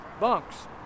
bunks